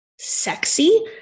sexy